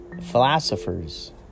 philosophers